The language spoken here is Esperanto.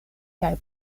kaj